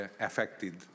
affected